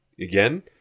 again